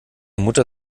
mutter